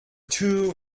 two